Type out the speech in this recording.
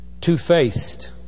two-faced